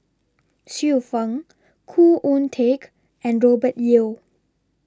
Xiu Fang Khoo Oon Teik and Robert Yeo